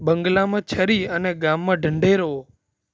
બંગલામાં છરી અને ગામમાં ઢંઢેરો